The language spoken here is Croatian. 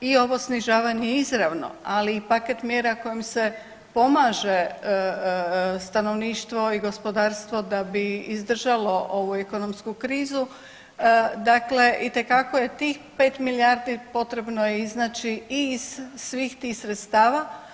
i ovo snižavan je izravno, ali i paket mjera kojim se pomaže stanovništvo i gospodarstvo da bi izdržalo ovu ekonomsku krizu, dakle itekako je tih 5 milijardi potrebno iznaći i iz svih tih sredstava.